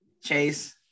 Chase